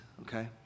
okay